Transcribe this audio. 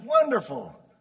wonderful